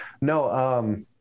No